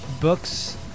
books